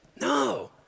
No